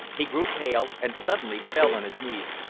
he grew pale, and suddenly fell on his knees.